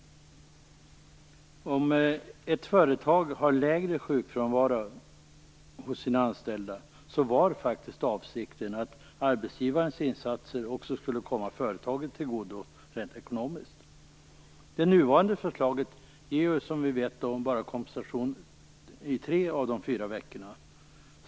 Om ett företag hade lägre sjukfrånvaro hos sina anställda var faktiskt avsikten den att arbetsgivarens insatser också skulle komma företaget till godo rent ekonomiskt. Det nuvarande förslaget ger, som vi vet, bara kompensation i tre av de fyra veckorna.